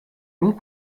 longs